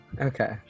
okay